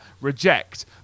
reject